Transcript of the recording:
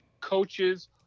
coaches